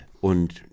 Und